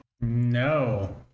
No